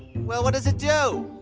well, what does it do?